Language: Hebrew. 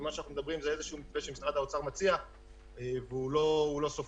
ואנחנו מדברים על איזשהו מתווה שמשרד האוצר מציע והוא לא סופי,